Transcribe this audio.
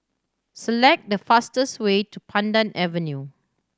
select the fastest way to Pandan Avenue